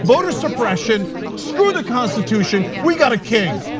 voter suppression, screw the constitution, we got a king.